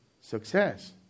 success